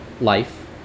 life